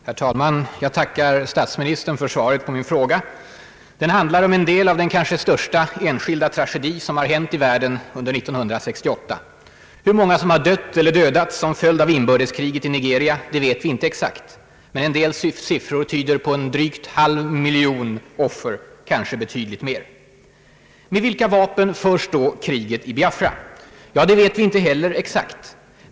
Herr talman! Jag tackar statsministern för svaret på min fråga. Den handlar om en del av den kanske största enskilda tragedi som hänt i världen under 1968. Hur många som dött och dödats i inbördeskriget i Nigeria vet vi inte. Vissa siffror tyder på drygt en halv miljon offer. Kanske är antalet betydligt större. Med vilka vapen förs då kriget i Biafra? Det vet vi inte heller exakt.